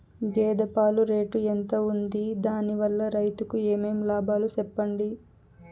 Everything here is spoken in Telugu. గేదె పాలు రేటు ఎంత వుంది? దాని వల్ల రైతుకు ఏమేం లాభాలు సెప్పండి?